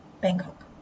Bangkok